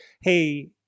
hey